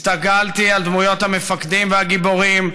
הסתכלתי על דמויות המפקדים והגיבורים,